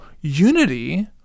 unity